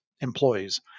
employees